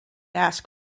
ask